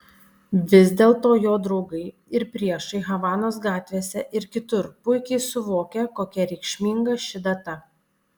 vis dėlto jo draugai ir priešai havanos gatvėse ir kitur puikiai suvokia kokia reikšminga ši data